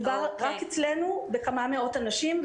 מדובר רק אצלנו בכמה מאות אנשים,